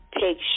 Take